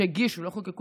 לא שחוקקו,